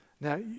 Now